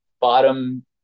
bottom